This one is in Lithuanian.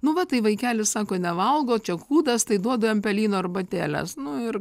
nu va tai vaikeli sako nevalgo čia kūdas tai duodam pelyno arbatėlės nu ir